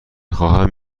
خواهم